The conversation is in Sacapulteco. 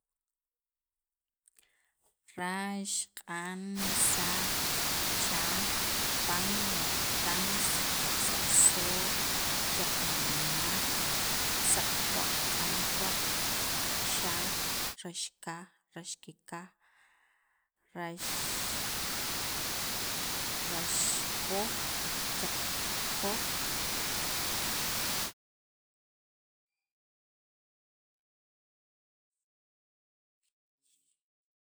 rax, q'an, saq, chaj, kapan, moratan, sa kyaqsalsooj, kyaq malmaj, saq puwaq, q'an puwaq, xaar, raxkaj, ras kekaj. rax, raxkoj, kyaqkoj,